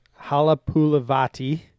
Halapulavati